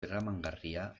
eramangarria